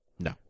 No